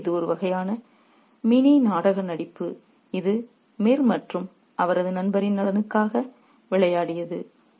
எனவே இது ஒரு வகையான மினி நாடக நடிப்பு இது மிர் மற்றும் அவரது நண்பரின் நலனுக்காக விளையாடியது